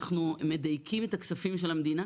אנחנו מדייקים את הכספים של המדינה